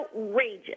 outrageous